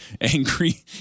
angry